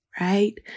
right